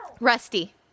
Rusty